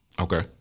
Okay